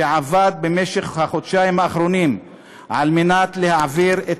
שעבד במשך החודשיים האחרונים על מנת להעביר את